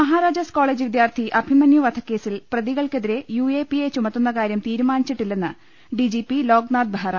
Maharajas college വിദ്യാർത്ഥി അഭിമന്യു വധക്കേസിൽ പ്രതികൾക്കെതിരെ യുഎപിഎ ചുമത്തുന്നകാരൃം തീരുമാ നിച്ചിട്ടില്ലെന്ന് ഡിജിപി ലോക്നാഥ് ബെഹ്റ